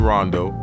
Rondo